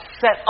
set